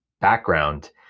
background